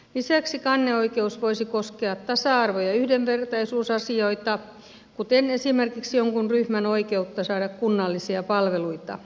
lisäksi kanneoikeus voisi koskea tasa arvo ja yhdenvertaisuusasioita kuten esimerkiksi jonkun ryhmän oikeutta saada kunnallisia palveluita